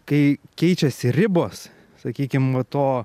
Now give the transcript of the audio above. kai keičiasi ribos sakykim to